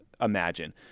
imagine